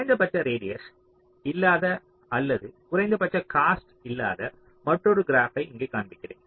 குறைந்தபட்ச ரேடியஸ் இல்லாத அல்லது குறைந்தபட்ச காஸ்ட் இல்லாத மற்றொரு கிராப்பை இங்கே காண்பிக்கிறேன்